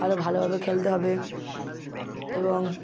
আরো ভালোভাবে খেলতে হবে এবং